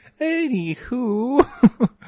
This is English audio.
Anywho